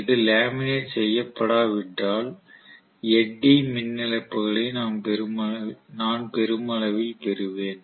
இது லேமினேட் செய்யப்படாவிட்டால் எட்டி மின்னோட்ட இழப்புகளை நான் பெருமளவில் பெறுவேன்